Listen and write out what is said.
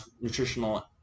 nutritional